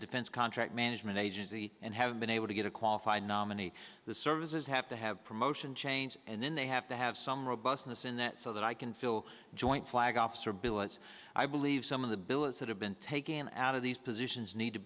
defense contract management agency and have been able to get a qualified nominee the services have to have promotion change and then they have to have some robustness in that so that i can feel joint flag officer bill as i believe some of the billets that have been taken out of these positions need to